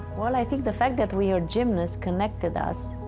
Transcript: well, i think the fact that we are gymnasts connected us.